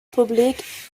publique